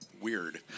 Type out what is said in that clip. Weird